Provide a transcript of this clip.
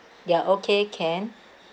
ya okay can